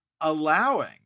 allowing